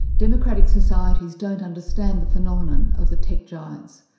democratic societies don't understand the phenomenon of the tech giants,